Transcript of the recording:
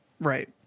right